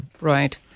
Right